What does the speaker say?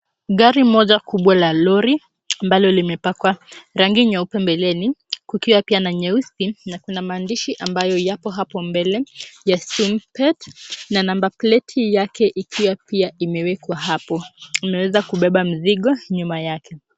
Gari moja kubwa la lori ambalo limepakwa rangi nyeupe mbeleni kukiwa pia na nyeusi na kuna maandishi ambayo yapo hapo mbele ya Snipet na namba pleti yake ikiwa pia imewekwa hapo. Imeweza kubeba mizigo nyuma yake.